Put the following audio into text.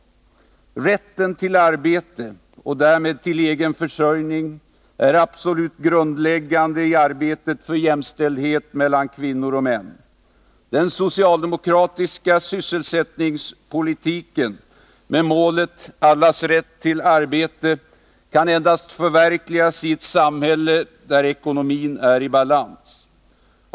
Rätten till arbete och därmed till egen försörjning är absolut grundläggande i strävandena för jämställdhet mellan kvinnor och män. Den socialdemokratiska sysselsättningspolitiken med målet ”allas rätt till arbete” Nr 30 kan endast förverkligas i ett samhälle där ekonomin är i balans.